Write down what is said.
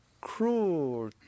cruel